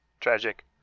Tragic